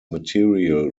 material